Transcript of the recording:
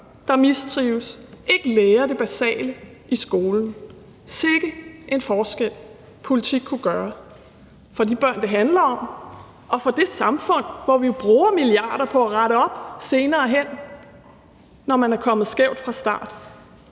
der mistrives og ikke lærer det basale i skolen. Sikke en forskel, politik kunne gøre for de børn, det handler om, og for det samfund, hvor vi jo bruger milliarder på at rette op senere hen, når man er kommet skævt fra start.